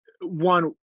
One